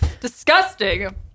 Disgusting